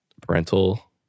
parental